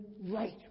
right